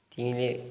तिमीले